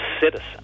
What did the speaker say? citizen